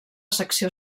secció